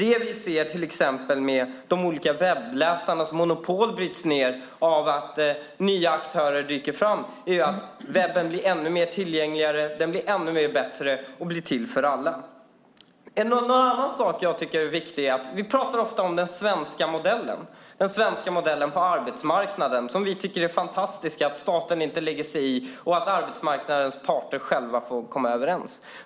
Det vi ser är till exempel att de olika webbläsarnas monopol bryts ned av att nya aktörer dyker upp, och på så sätt blir webben ännu mer tillgänglig, ännu bättre och till för alla. Vi talar ofta om den svenska modellen på arbetsmarknaden. Vi tycker att det är fantastiskt att staten inte lägger sig i och att arbetsmarknadens parter själva får komma överens.